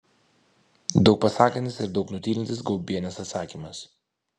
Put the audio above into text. daug pasakantis ir daug nutylintis gaubienės atsakymas